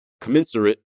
commensurate